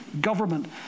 government